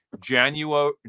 January